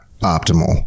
optimal